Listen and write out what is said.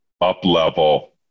up-level